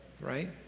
right